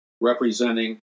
representing